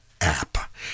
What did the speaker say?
app